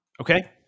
Okay